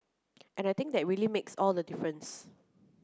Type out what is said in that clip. and I think that really makes all the difference